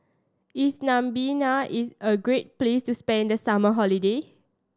is Namibia is a great place to spend the summer holiday